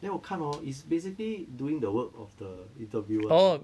then 我看 hor is basically doing the work of the interviewer